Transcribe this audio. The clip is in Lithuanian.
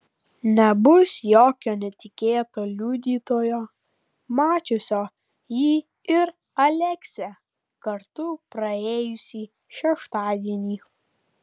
nebus jokio netikėto liudytojo mačiusio jį ir aleksę kartu praėjusį šeštadienį